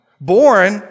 born